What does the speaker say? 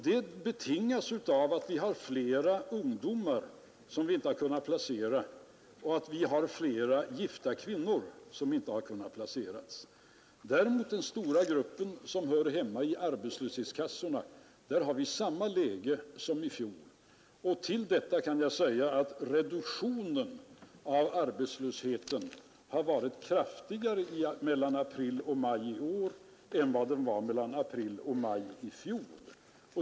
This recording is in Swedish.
Det betingas av att vi har fler ungdomar som vi inte har kunnat placera och fler gifta kvinnor som inte heller kunnat placeras. Vad däremot den stora gruppen som hör hemma i arbetslöshetskassorna beträffar, så har vi där samma läge som i fjol. Till detta kan jag säga att minskningen av arbetslösheten har varit kraftigare mellan april och maj i år än mellan april och maj i fjol.